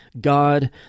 God